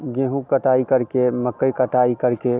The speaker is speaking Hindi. गेहूँ कटाई करके मकई कटाई करके